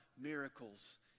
miracles